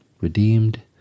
redeemed